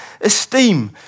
esteem